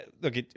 Look